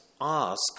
ask